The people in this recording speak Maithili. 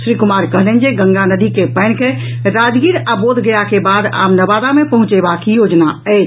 श्री कुमार कहलनि जे गंगा नदी के पानि के राजगीर आ बोधगया के बाद आब नवादा मे पहुंचेबाक योजना अछि